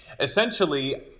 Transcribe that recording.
Essentially